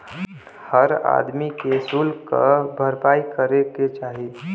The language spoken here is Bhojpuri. हर आदमी के सुल्क क भरपाई करे के चाही